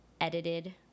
edited